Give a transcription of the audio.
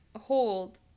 hold